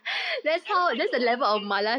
I don't like to order